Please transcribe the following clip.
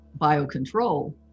biocontrol